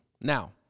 Now